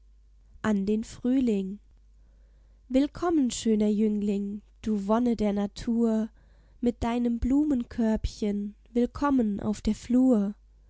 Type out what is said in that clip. an den frühling willkommen schöner jüngling du wonne der natur mit deinem blumenkörbchen willkommen auf der flur